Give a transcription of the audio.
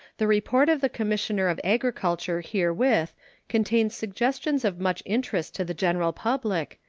the report of the commissioner of agriculture herewith contains suggestions of much interest to the general public,